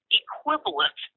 equivalent